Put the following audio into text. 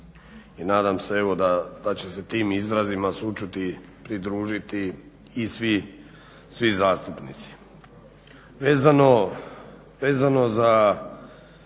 i nadam se evo da će se tim izrazima sućuti pridružiti svi zastupnici.